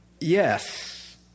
yes